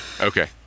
Okay